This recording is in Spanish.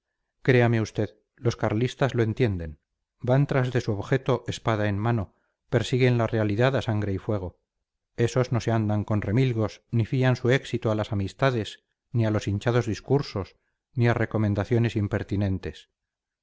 créame usted los carlistas lo entienden van tras de su objeto espada en mano persiguen la realidad a sangre y fuego esos no se andan con remilgos ni fían su éxito a las amistades ni a los hinchados discursos ni a recomendaciones impertinentes